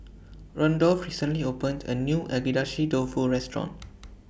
Randolf recently opened A New Agedashi Dofu Restaurant